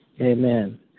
Amen